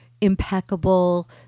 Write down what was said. impeccable